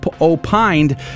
opined